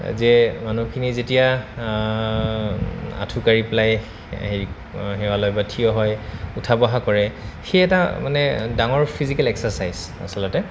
যে মানুহখিনি যেতিয়া আঁঠু কাঢ়ি পেলাই হেৰি সেৱা লয় বা থিয় হয় উঠা বঢ়া কৰে সেই এটা মানে ডাঙৰ ফিজিকেল এক্সাৰচাইজ আচলতে